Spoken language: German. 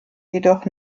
jedoch